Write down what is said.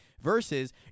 versus